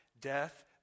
death